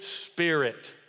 Spirit